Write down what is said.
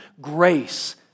grace